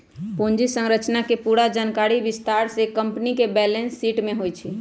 पूंजी संरचना के पूरा जानकारी विस्तार से कम्पनी के बैलेंस शीट में होई छई